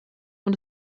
und